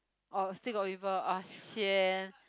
orh still got people ah sian